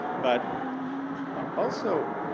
but also,